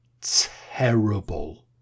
terrible